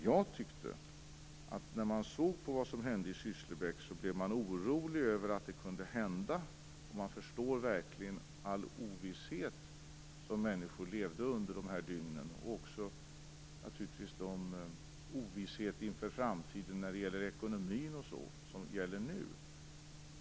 Jag tyckte att när man såg på vad som hände i Sysslebäck blev man orolig över att det kunde hända, och man förstår verkligen all ovisshet som människor levde i under de här dygnen och den ovisshet inför framtiden när det gäller ekonomi o.d. som gäller nu.